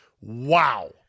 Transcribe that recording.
Wow